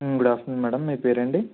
good afternoon madam మీ పేరు అండి